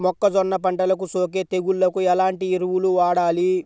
మొక్కజొన్న పంటలకు సోకే తెగుళ్లకు ఎలాంటి ఎరువులు వాడాలి?